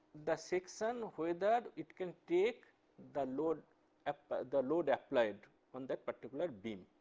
the section whether it can take the load ah but the load applied on that particular beam.